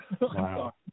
Wow